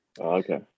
Okay